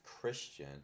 Christian